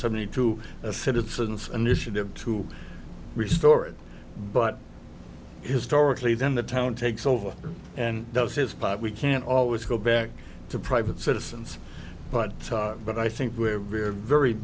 seventy two a citizens initiative to restore it but historically then the town takes over and does his part we can always go back to private citizens but but i think we're very very